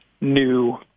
new